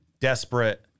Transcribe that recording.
desperate